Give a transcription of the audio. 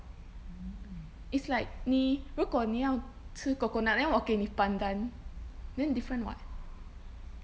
it's like 你如果你要吃 coconut then 我给你 pandan then different [what]